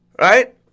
Right